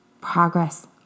Progress